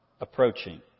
approaching